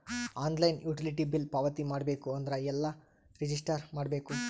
Online utility bill ಪಾವತಿ ಮಾಡಬೇಕು ಅಂದ್ರ ಎಲ್ಲ ರಜಿಸ್ಟರ್ ಮಾಡ್ಬೇಕು?